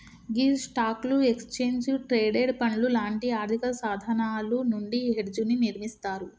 గీ స్టాక్లు, exchange traded పండ్లు లాంటి ఆర్థిక సాధనాలు నుండి హెడ్జ్ ని నిర్మిస్తారు